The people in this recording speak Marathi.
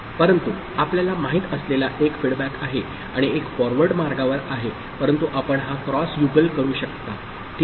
परंतु आपल्याला माहीत असलेला एक फीडबॅक आहे आणि एक फॉरवर्ड मार्गावर आहे परंतु आपण हा क्रॉस युगल करू शकता ठीक